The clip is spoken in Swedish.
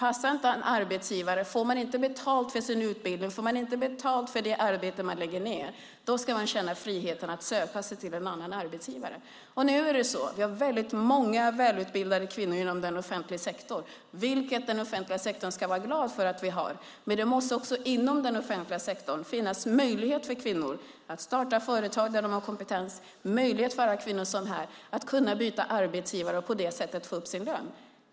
Om en arbetsgivare inte passar, om man inte får betalt för sin utbildning och för det arbete man lägger ned ska man känna frihet att söka sig till en annan arbetsgivare. Det finns många välutbildade kvinnor inom den offentliga sektorn, vilket den offentliga sektorn ska vara glad för. Inom den offentliga sektorn måste det också finnas möjlighet för kvinnor att starta företag inom sin kompetens och det måste finnas möjlighet för kvinnor att byta arbetsgivare och på det sättet få upp sin lön.